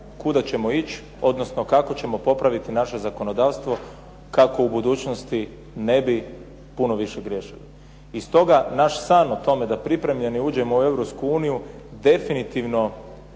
kuda ćemo ići, odnosno kako ćemo popraviti naše zakonodavstvo, kako u budućnosti ne bi puno više griješili. I stoga naš san o tome da pripremljeni uđemo u Europsku